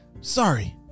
sorry